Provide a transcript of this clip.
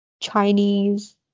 Chinese